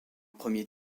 premier